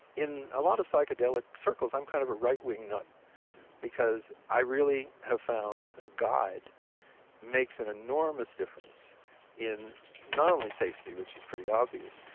in a lot of psychedelic circles i'm kind of a rightwing nut because i really have found that a guide makes an enormous difference in not only safety, which is pretty obvious,